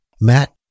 Matt